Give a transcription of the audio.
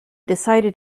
decided